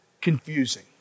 confusing